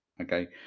Okay